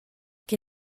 che